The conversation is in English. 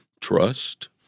trust